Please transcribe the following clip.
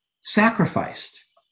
sacrificed